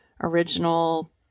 original